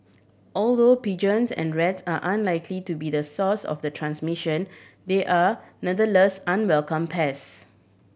although pigeons and rats are unlikely to be the source of the transmission they are nonetheless unwelcome pests